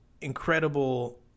incredible